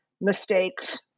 mistakes